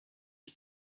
qui